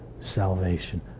salvation